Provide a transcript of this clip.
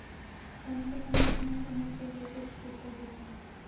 कम से कम कितना समय के लिए फिक्स डिपोजिट है?